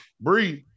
breathe